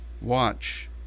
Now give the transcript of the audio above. watch